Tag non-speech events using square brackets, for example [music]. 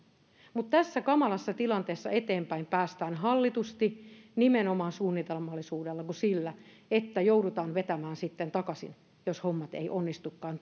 mutta tässä kamalassa tilanteessa eteenpäin päästään hallitusti nimenomaan suunnitelmallisuudella toisin kuin sillä että joudutaan vetämään sitten takaisin jos hommat eivät onnistukaan [unintelligible]